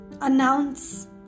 announce